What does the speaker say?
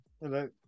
Hello